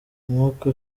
umwaka